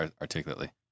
articulately